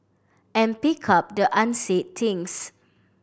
and pick up the unsaid things